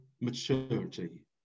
maturity